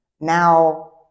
Now